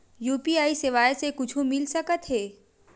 UPI सेवाएं से कुछु मिल सकत हे?